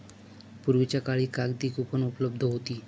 पूर्वीच्या काळी कागदी कूपन उपलब्ध होती